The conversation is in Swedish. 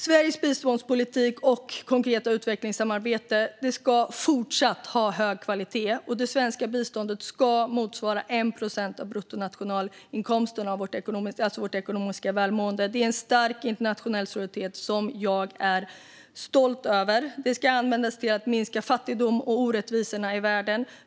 Sveriges biståndspolitik och konkreta utvecklingssamarbete ska ha fortsatt hög kvalitet, och det svenska biståndet ska motsvara 1 procent av bruttonationalinkomsten - alltså vårt ekonomiska välmående. Det är en stark internationell solidaritet som jag är stolt över. Biståndet ska användas till att minska fattigdom och orättvisor i världen.